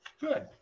Good